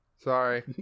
sorry